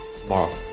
tomorrow